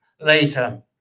later